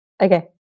Okay